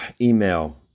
email